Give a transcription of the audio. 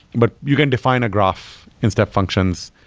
but you can define a graph in step functions.